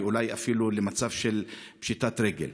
ואולי אפילו למצב של פשיטת רגל.